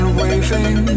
waving